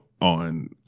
on